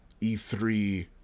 E3